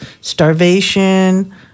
starvation